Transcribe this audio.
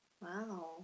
Wow